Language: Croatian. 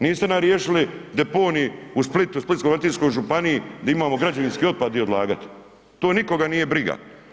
Niste nam riješili deponij u Splitu, Splitsko-dalmatinskoj županiji gdje imamo građevinski otpad di odlagat, to nikoga nije briga.